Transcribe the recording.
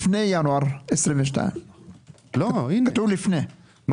לפני ינואר 2022. בפסקה (10) כתוב: "...